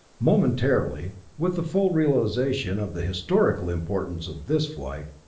momentarily, with the full realization of the historical importance of this flight,